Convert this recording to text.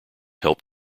help